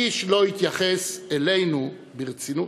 איש לא יתייחס אלינו ברצינות.